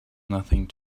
nothing